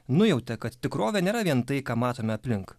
nujautė kad tikrovė nėra vien tai ką matome aplink